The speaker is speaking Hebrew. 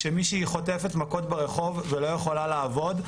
כשמישהי חוטפת מכות ברחוב ולא יכולה לעבוד,